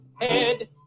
head